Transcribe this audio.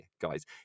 guys